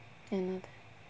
என்னது:ennathu